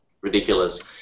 ridiculous